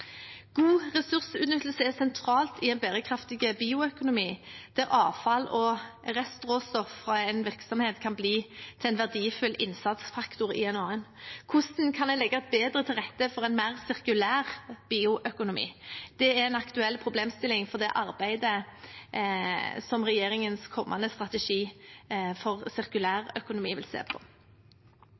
God ressursutnyttelse står sentralt i en bærekraftig bioøkonomi, der avfall og restråstoff fra én virksomhet kan bli til en verdifull innsatsfaktor i en annen. Hvordan kan en legge bedre til rette for en mer sirkulær bioøkonomi? Det er en aktuell problemstilling å se på i arbeidet med regjeringens kommende strategi for